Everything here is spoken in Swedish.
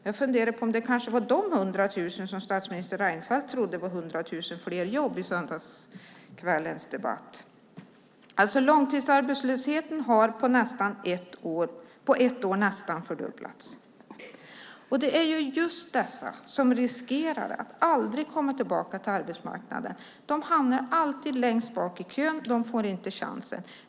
Jag funderar på om det kanske var de 100 000 som statsminister Reinfeldt trodde var 100 000 fler jobb i söndagskvällens debatt. Långtidsarbetslösheten har alltså på ett år nästan fördubblats. Det är just dessa arbetslösa som riskerar att aldrig komma tillbaka till arbetsmarknaden. De hamnar alltid längst bak i kön; de får inte chansen.